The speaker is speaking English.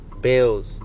bills